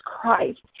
Christ